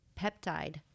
peptide